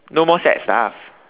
no more sad stuff